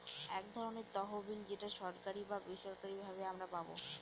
এক ধরনের তহবিল যেটা সরকারি বা বেসরকারি ভাবে আমারা পাবো